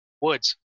woods